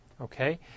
okay